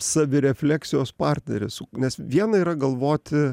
savirefleksijos partnerį su nes viena yra galvoti